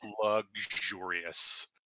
luxurious